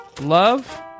love